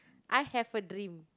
I have a dream